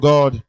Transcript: God